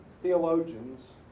theologians